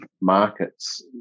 markets